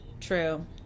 True